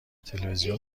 تلویزیون